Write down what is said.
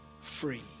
free